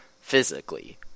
physically